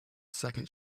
second